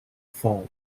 form